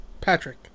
patrick